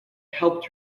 helped